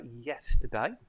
yesterday